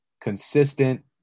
consistent